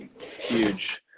Huge